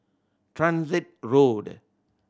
Transit Road